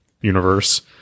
universe